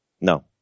No